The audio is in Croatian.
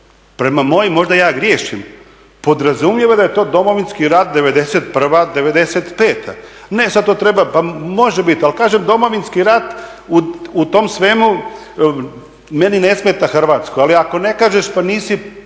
prema mojim, možda ja griješim, podrazumijeva da je to Domovinski rat '91. – '95. Ne, sad to treba, pa može biti, ali kažem, Domovinski rat u tom svemu, meni ne smeta Hrvatsko, ali ako ne kažeš pa nisi